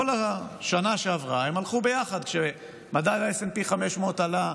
כל השנה שעברה הם הלכו ביחד: כשמדד smp500 עלה,